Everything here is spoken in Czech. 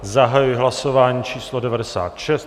Zahajuji hlasování číslo 96.